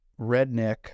redneck